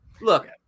Look